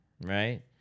right